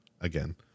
again